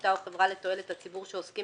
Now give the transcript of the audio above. עמותה או חברה לתועלת הציבור שעוסקים